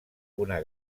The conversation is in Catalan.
una